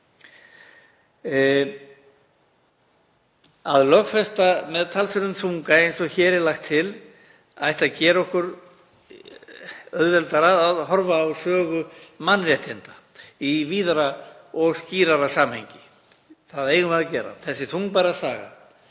Að lögfesta með talsverðum þunga, eins og hér er lagt til, ætti að gera okkur auðveldara að horfa á sögu mannréttinda í víðara og skýrara samhengi. Það eigum við að gera. Þessi þungbæra saga